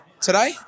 today